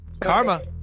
karma